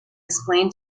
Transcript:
explain